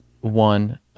One